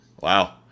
Wow